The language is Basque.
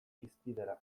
hizpidera